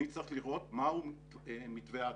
אני צריך לראות מהו מתווה ההתפלה.